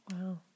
Wow